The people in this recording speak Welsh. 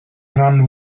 rhan